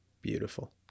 Beautiful